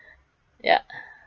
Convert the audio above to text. yeah